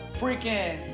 freaking